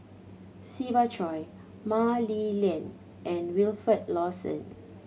Siva Choy Mah Li Lian and Wilfed Lawson